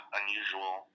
unusual